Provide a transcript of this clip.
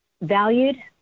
valued